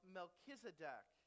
Melchizedek